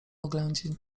oględzin